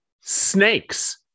snakes